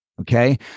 okay